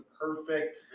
perfect